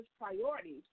priorities